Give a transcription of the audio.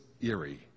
eerie